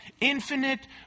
infinite